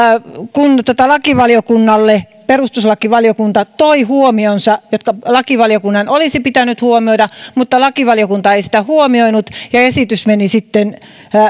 kun lakivaliokunnalle perustuslakivaliokunta toi huomionsa jotka lakivaliokunnan olisi pitänyt huomioida mutta lakivaliokunta ei niitä huomioinut ja esitys meni sitten